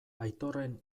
aitorren